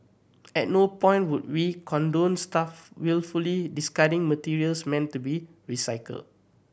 at no point would we condone staff wilfully discarding materials meant to be recycle